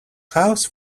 house